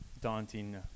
daunting